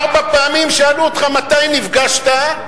ארבע פעמים שאלו אותך מתי נפגשת,